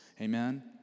amen